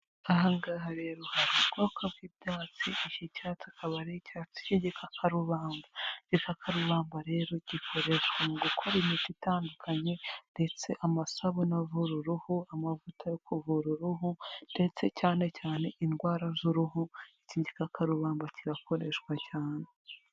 Aha ngaha rero hari ubwoko bw'ibyatsi, iki cyatsi akaba ari icyatsi cy'igikakarubamba. Igikakarubamba rero gikoreshwa mu gukora imiti itandukanye ndetse amasabune avura uruhu, amavuta yo kuvura uruhu ndetse cyane cyane indwara z'uruhu, iki gikakarubamba kirakoreshwa cyane.